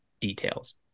details